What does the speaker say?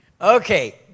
Okay